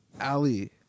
Ali